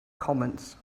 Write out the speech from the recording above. comments